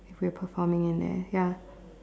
if we're performing in there ya